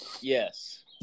Yes